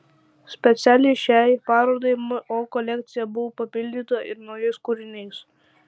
specialiai šiai parodai mo kolekcija buvo papildyta ir naujais kūriniais